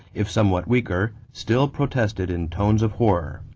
if somewhat weaker, still protested in tones of horror.